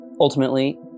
Ultimately